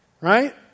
right